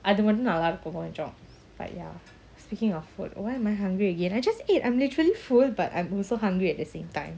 அதுவந்துநல்லாயிருக்கும்கொஞ்சம்:adhuvandhu nallairukum konjam but ya speaking of food why am I hungry again I just ate I'm literally full but I'm also hungry at the same time